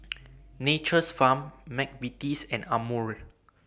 Nature's Farm Mcvitie's and Amore